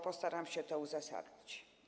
Postaram się to uzasadnić.